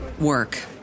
work